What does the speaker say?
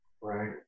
right